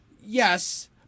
yes